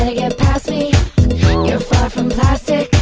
and get past me you're far from plastic